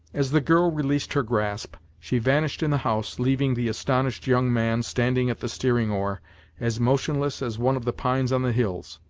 as the girl released her grasp, she vanished in the house, leaving the astonished young man standing at the steering-oar, as motionless as one of the pines on the hills.